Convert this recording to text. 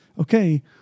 Okay